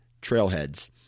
trailheads